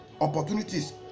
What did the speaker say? opportunities